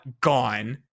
gone